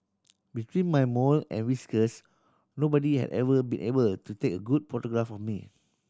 between my mole and whiskers nobody had ever been able to take a good photograph of me